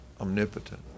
omnipotent